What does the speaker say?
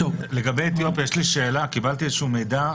לגבי אתיופיה, קיבלתי איזשהו מידע.